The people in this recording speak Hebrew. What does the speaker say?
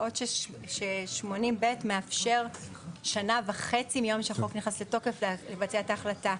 בעוד ש-80(ב) מאפשר שנה וחצי מיום שהחוק נכנס לתוקף כדי לבצע את ההחלטה,